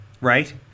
right